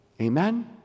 Amen